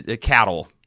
cattle